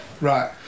Right